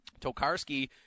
Tokarski